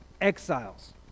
exiles